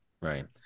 Right